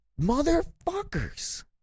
motherfuckers